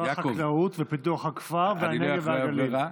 שר חקלאות ופיתוח הכפר והנגב והגליל.